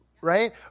right